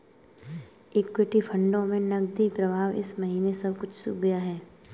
equity फंडों में नकदी प्रवाह इस महीने सब कुछ सूख गया है